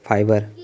fibre